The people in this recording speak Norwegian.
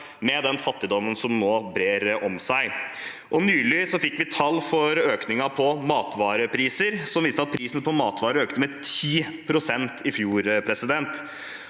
med den fattigdommen som nå brer om seg. Nylig fikk vi tall for økningen på matvarepriser, som viste at prisen på matvarer økte med 10 pst. i fjor. Samtidig